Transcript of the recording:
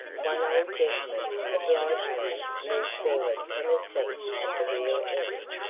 one old gentleman obligingly moved forward from a seat at the rear end,